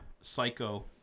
psycho